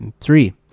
Three